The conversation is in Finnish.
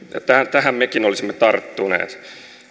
tähän mekin olisimme tarttuneet